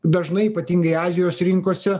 dažnai ypatingai azijos rinkose